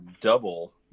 double